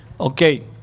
Okay